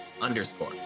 underscore